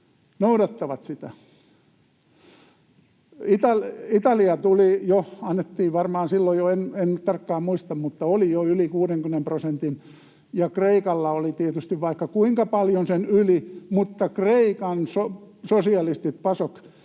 noudattavat sitä. Italia tuli silloin jo, en tarkkaan muista, mutta oli jo yli 60 prosentin, ja Kreikalla oli tietysti vaikka kuinka paljon sen yli, mutta Kreikan sosialisti-Pasok